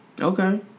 okay